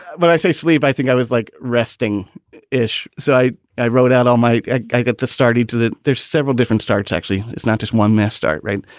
but i say sleep. i think i was like resting ish. so i i wrote out all my i i got to started to that there's several different starts, actually. it's not just one mess start. right.